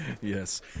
Yes